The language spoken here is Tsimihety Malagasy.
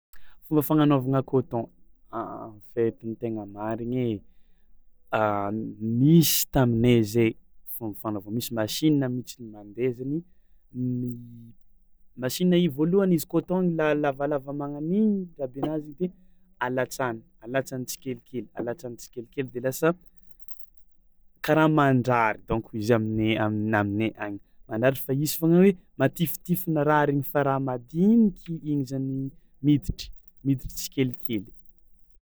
Fomba fagnanaovana coton, efa hitan'ny tegna marina e, nisy taminay zay, fan- fanao- nisy masinina mintsy mande zany masinina io voalohany izy koa ataony la- lavalava magnan'igny ndrabenazy de alatsahany alatsany tsikelikely alatsany tsikelikely kara mandrary dônko izy amina- aminey aminey any mandrary fa izy fôgna hoe matifitify na raha regny fa raha madiniky igny zany miditry miditry tsikelikely.